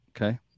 Okay